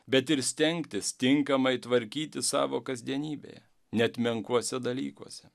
bet ir stengtis tinkamai tvarkytis savo kasdienybėje net menkuose dalykuose